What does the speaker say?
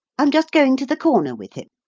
i'm just going to the corner with him.